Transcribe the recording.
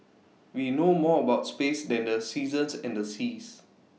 we know more about space than the seasons and the seas